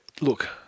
look